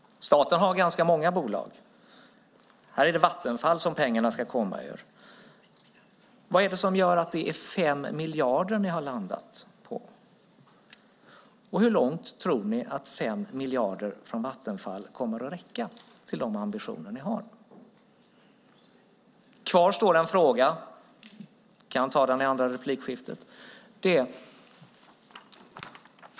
Staten har ganska många bolag. Här ska pengarna komma från Vattenfall. Vad är det som gör att ni landat på 5 miljarder? Och hur långt tror ni att 5 miljarder från Vattenfall kommer att räcka med tanke på de ambitioner ni har?